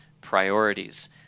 priorities